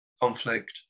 conflict